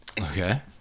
okay